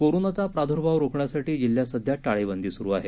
कोरोनाचा प्रादुर्भाव रोखण्यासाठी जिल्ह्यात सध्या टाळेबंदी सुरु आहे